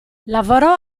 lavorò